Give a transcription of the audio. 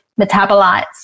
metabolites